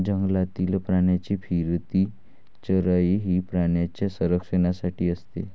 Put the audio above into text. जंगलातील प्राण्यांची फिरती चराई ही प्राण्यांच्या संरक्षणासाठी असते